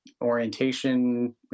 orientation